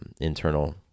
internal